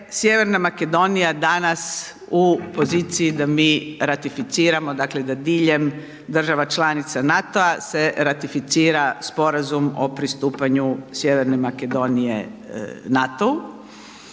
je Sj. Makedonija danas u poziciji da mi ratificiramo, da diljem država članica NATO-a se ratificira sporazum o pristupanju Sj. Makedonije NATO-u.